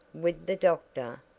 with the doctor,